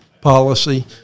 policy